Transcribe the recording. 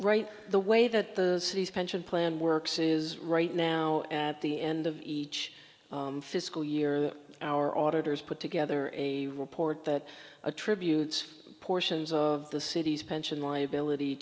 right the way that the city's pension plan works is right now at the end of each fiscal year our auditors put together a report that attributes portions of the city's pension liability